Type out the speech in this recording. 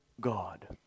God